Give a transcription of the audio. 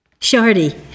Shardy